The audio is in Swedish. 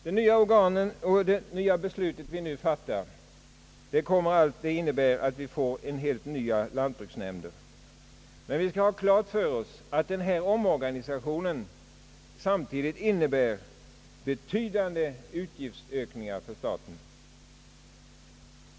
Det beslut som vi nu kommer att fatta innebär att vi får helt nya lantbruksnämnder. Vi skall emellertid ha klart för oss att omorganisationen samtidigt innebär betydande utgiftsökningar för staten.